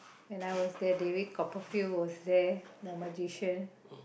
and I was there that week Copperfield was there the magician